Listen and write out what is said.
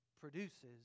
produces